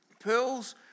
Pearls